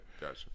Gotcha